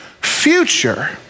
future